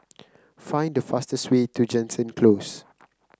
find the fastest way to Jansen Close